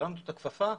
הרמנו את הכפפה,